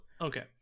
okay